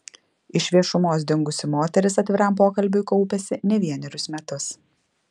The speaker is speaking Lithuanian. iš viešumos dingusi moteris atviram pokalbiui kaupėsi ne vienerius metus